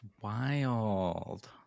wild